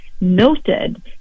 noted